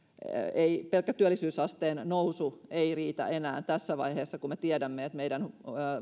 pelkkä työllisyysasteen nousu ei riitä enää tässä vaiheessa kun me tiedämme että meidän